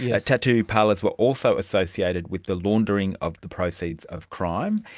yeah tattoo parlours were also associated with the laundering of the proceeds of crime.